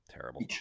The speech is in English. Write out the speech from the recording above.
terrible